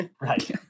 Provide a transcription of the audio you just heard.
Right